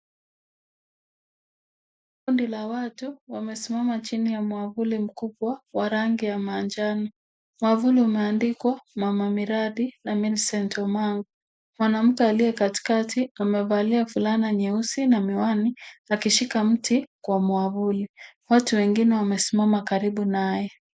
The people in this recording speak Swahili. Kundi la watu wamesimama chini ya mwavuli mkubwa wa rangi ya manjano. Mwavuli umeandikwa, mama miradi na Millicent Omanga. Mwanamke aliye katikati amevalia fulana nyeusi na miwani akishika mti kwa mwavuli. Watu wengine wamesimama karibu naye.